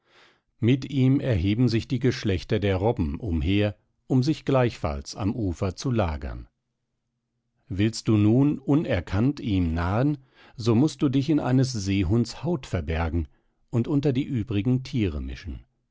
mit ihm erheben sich die geschlechter der robben umher um sich gleichfalls am ufer zu lagern willst du nun unerkannt ihm nahen so mußt du dich in eines seehunds haut verbergen und unter die übrigen tiere mischen